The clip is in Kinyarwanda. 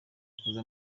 kuza